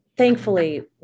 Thankfully